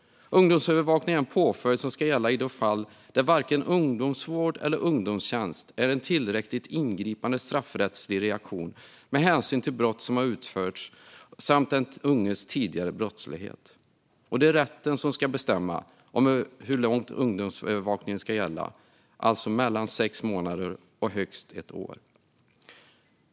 Ungdomsövervakning är en påföljd som ska gälla i de fall där varken ungdomsvård eller ungdomstjänst är en tillräckligt ingripande straffrättslig reaktion med hänsyn till det brott som har utförts samt den unges tidigare brottslighet. Det är rätten som ska bestämma hur lång tid ungdomsövervakningen ska gälla, alltså mellan sex månader och högst ett år.